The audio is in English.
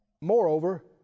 moreover